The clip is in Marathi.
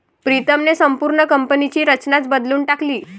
प्रीतमने संपूर्ण कंपनीची रचनाच बदलून टाकली